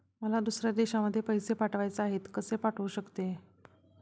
मला दुसऱ्या देशामध्ये पैसे पाठवायचे आहेत कसे पाठवू शकते?